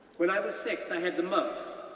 when i was six, i had the mumps,